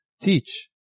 teach